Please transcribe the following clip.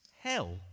hell